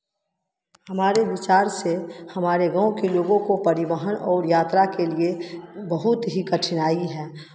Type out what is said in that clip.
हमारे विचार से हमारे गाँव के लोगों को परिवहन और यात्रा के लिए बहुत ही कठिनाई है